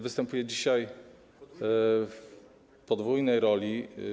Występuję dzisiaj w podwójnej roli.